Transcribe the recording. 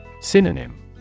Synonym